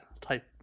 type